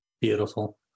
beautiful